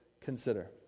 consider